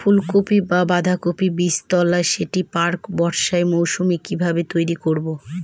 ফুলকপি বা বাঁধাকপির বীজতলার সেট প্রাক বর্ষার মৌসুমে কিভাবে তৈরি করব?